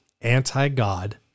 anti-God